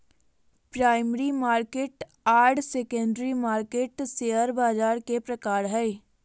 primary market आर secondary market share बाज़ार के प्रकार हइ